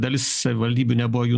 dalis savivaldybių nebuvo jų